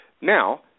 Now